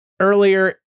earlier